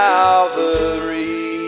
Calvary